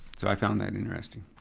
so i found that interesting.